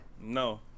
No